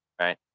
right